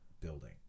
building